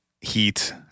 heat